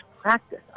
practice